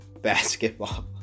basketball